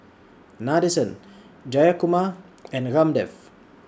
Nadesan Jayakumar and Ramdev